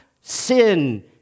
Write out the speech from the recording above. sin